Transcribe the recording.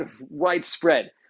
widespread